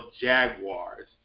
Jaguars